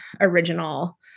original